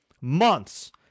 Months